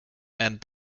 and